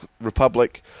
Republic